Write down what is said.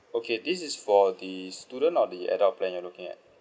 okay this is for the student or the adult plan you're looking at